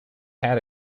had